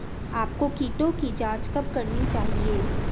आपको कीटों की जांच कब करनी चाहिए?